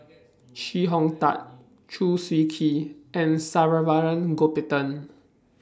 Chee Hong Tat Chew Swee Kee and Saravanan Gopinathan